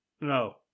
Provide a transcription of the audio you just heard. No